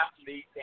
athlete